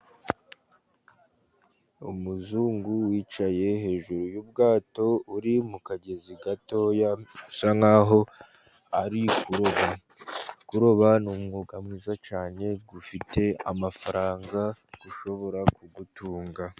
Umuzungu wicaye hejuru y'ubwato buri mu kagezi gatoya, asa nkaho ari kuroba, kuroba n'umwuga mwiza cyane ufite amafaranga ushobora kugutunga.